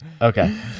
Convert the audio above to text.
Okay